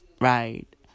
Right